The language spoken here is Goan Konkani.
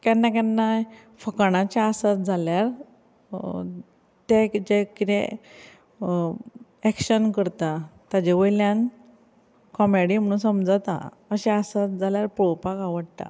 केन्ना केन्नाय फकाणांचे आसत जाल्यार तेक जे कितें एक्शन करता ताजे वयल्यान कोमेडी म्हुणून समजता अशें आसत जाल्यार पळोवपाक आवडटा